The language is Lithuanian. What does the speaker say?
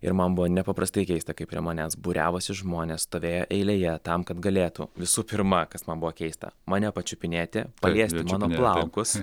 ir man buvo nepaprastai keista kai prie manęs būriavosi žmonės stovėjo eilėje tam kad galėtų visu pirma kas man buvo keista mane pačiupinėti paliesti mano plaukus